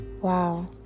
Wow